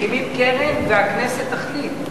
מקימים קרן והכנסת תחליט.